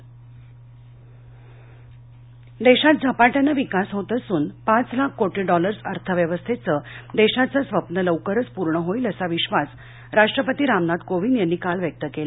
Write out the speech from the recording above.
राष्ट्रपती देशात झपाटयानं विकास होत असून पाच लाख कोटी डॉलर्स अर्थव्यवस्थेचं देशाचं स्वप्न लवकरच पूर्ण होईल असा विश्वास राष्ट्रपती रामनाथ कोविद यांनी काल व्यक्त केला